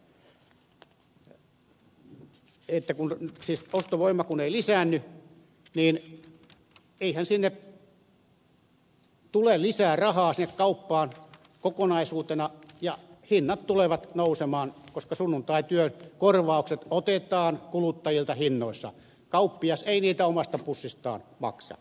sitten vielä sen verran että kun ostovoima ei lisäänny niin eihän sinne kauppaan tule kokonaisuutena lisää rahaa ja hinnat tulevat nousemaan koska sunnuntaityön korvaukset otetaan kuluttajilta hinnoissa kauppias ei niitä omasta pussistaan maksa